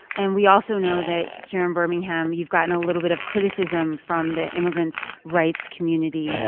and we also know that here in birmingham, you've gotten a little bit of criticism from the immigrants' rights community. i have.